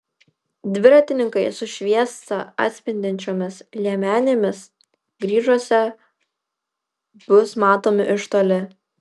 dviratininkai su šviesą atspindinčiomis liemenėmis gižuose bus matomi iš toli